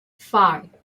five